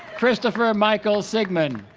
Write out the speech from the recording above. christopher michael sigmon